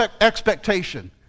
expectation